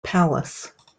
palace